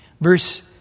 Verse